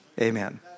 Amen